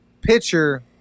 pitcher